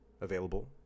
available